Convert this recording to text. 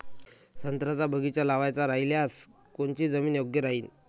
संत्र्याचा बगीचा लावायचा रायल्यास कोनची जमीन योग्य राहीन?